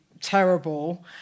terrible